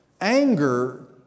Anger